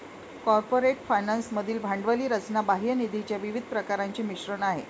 corporate finance मधील भांडवली रचना बाह्य निधीच्या विविध प्रकारांचे मिश्रण आहे